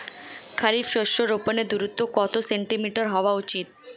খারিফ শস্য রোপনের দূরত্ব কত সেন্টিমিটার হওয়া উচিৎ?